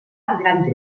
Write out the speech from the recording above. gran